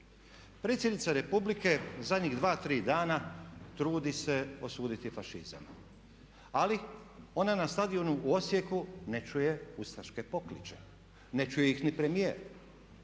Predsjednica Republike zadnjih 2, 3 dana trudi se osuditi fašizam, ali ona na stadionu u Osijeku ne čuje ustaške pokliče, ne čuje ih ni premijer.